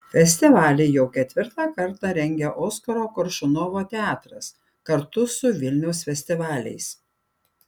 festivalį jau ketvirtą kartą rengia oskaro koršunovo teatras kartu su vilniaus festivaliais